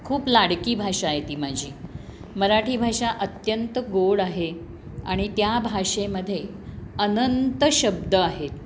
खूप लाडकी भाषा आहे ती माझी मराठी भाषा अत्यंत गोड आहे आणि त्या भाषेमध्ये अनंत शब्द आहे